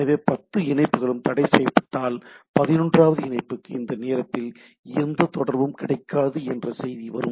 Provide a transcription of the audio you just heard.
எனவே பத்து இணைப்புகளும் தடைசெய்யப்பட்டால் பதினொன்றாவது இணைப்புக்கு "இந்த நேரத்தில் எந்த தொடர்பும் கிடைக்காது" என்ற செய்தி வரும்